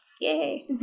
Yay